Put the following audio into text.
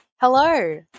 Hello